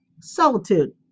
solitude